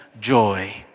joy